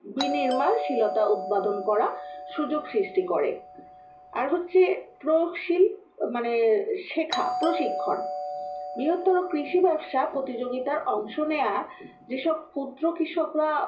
উৎপাদন করা সুযোগ সৃষ্টি করে আর হচ্ছে প্রয়োগশীল মানে শেখা প্রশিক্ষণ বৃহত্তর কৃষি ব্যবসা প্রতিযোগিতার অংশ নেওয়ার যে সব ক্ষুদ্র কৃষকরা